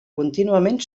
contínuament